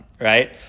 right